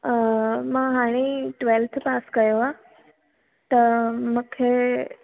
मां हाणे twelfth pass कयो आहे त मूंखे